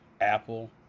Apple